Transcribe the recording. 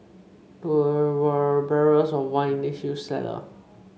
there were are barrels of wine in the huge cellar